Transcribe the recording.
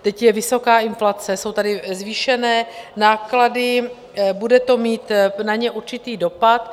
Teď je vysoká inflace, jsou tady zvýšené náklady, bude to mít na ně určitý dopad.